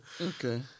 Okay